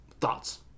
Thoughts